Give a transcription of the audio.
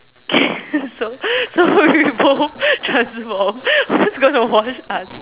okay so so we both transform who's going to wash us